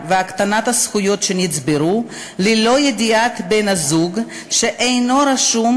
ולהקטנת הזכויות שנצברו ללא ידיעת בן-הזוג שאינו רשום,